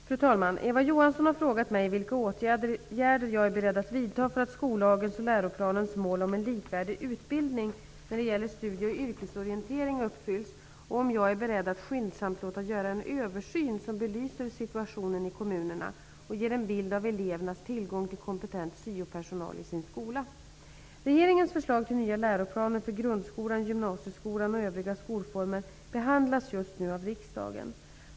Fru talman! Eva Johansson har frågat mig vilka åtgärder jag är beredd att vidta för att skollagens och läroplanens mål om en likvärdig utbildning när det gäller studie och yrkesorientering uppfylls och om jag är beredd att skyndsamt låta göra en översyn som belyser situationen i kommunerna och ger en bild av elevernas tillgång till kompetent syopersonal i sin skola. Regeringens förslag till nya läroplaner för grundskolan, gymnasieskolan och övriga skolformer behandlas just nu av riksdagen.